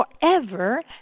forever